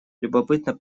любопытно